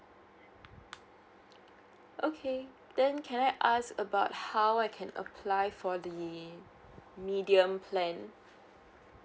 okay then can I ask about how I can apply for the medium plan